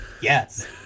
Yes